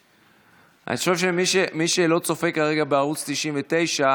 אני חושב שמי שלא צופה כרגע בערוץ 99,